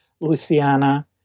Louisiana